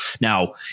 Now